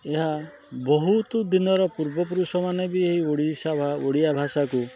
ଏହା ବହୁତ ଦିନର ପୂର୍ବ ପୁରୁଷମାନେ ବି ଏଇ ଓଡ଼ିଶା ଭା ଓଡ଼ିଆ ଭାଷାକୁ